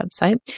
website